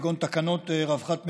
כגון תקנות רווחת מטילות,